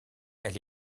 elle